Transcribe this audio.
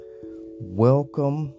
Welcome